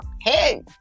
hey